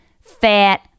fat